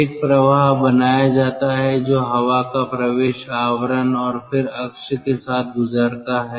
एक प्रवाह बनाया जाता है जो हवा का प्रवेश आवरण और फिर अक्ष के साथ गुजरता है